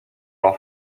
leur